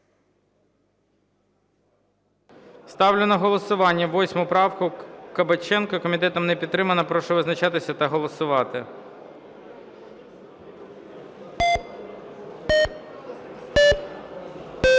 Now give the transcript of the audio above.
Ставлю на голосування правку номер 7 Кабаченка, комітетом не підтримана. Прошу визначатися та голосувати.